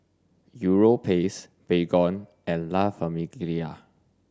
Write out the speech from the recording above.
Europace Baygon and La Famiglia